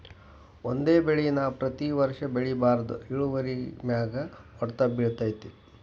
ಒಂದೇ ಬೆಳೆ ನಾ ಪ್ರತಿ ವರ್ಷ ಬೆಳಿಬಾರ್ದ ಇಳುವರಿಮ್ಯಾಲ ಹೊಡ್ತ ಬಿಳತೈತಿ